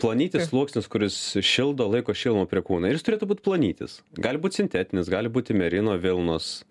plonytis sluoksnis kuris šildo laiko šilumą prie kūno ir jis turėtų būt plonytis gali būt sintetinis gali būti merino vilnos